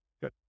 good